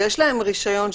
ויש להם רשיון,